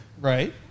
Right